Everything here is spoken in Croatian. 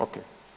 Ok.